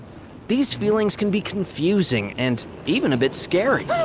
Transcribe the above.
these feelings can be confusing and even a bit scary.